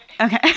Okay